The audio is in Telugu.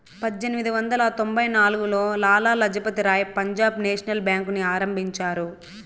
పజ్జేనిమిది వందల తొంభై నాల్గులో లాల లజపతి రాయ్ పంజాబ్ నేషనల్ బేంకుని ఆరంభించారు